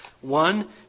One